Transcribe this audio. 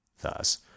thus